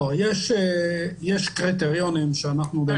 לא, יש קריטריונים לכניסת זרים.